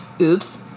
Oops